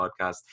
podcast